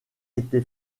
été